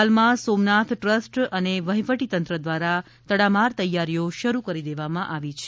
હાલમાં સોમનાથ ટ્રસ્ટ અને વહીવટી તંત્ર દ્વારા તડામાર તૈયારીઓ શરૂ કરી દેવામાં આવી છે